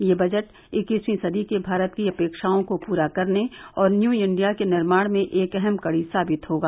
यह बजट इक्कीसवीं सदी के भारत के अपेक्षाओं को पूरा करने और न्यू इंडिया के निर्माण में एक अहम कड़ी साबित होगा